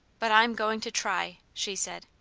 but i'm going to try, she said.